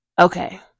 Okay